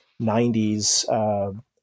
90s